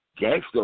Gangster